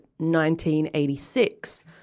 1986